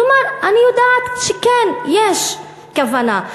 כלומר, אני יודעת שכן, יש כוונה.